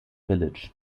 village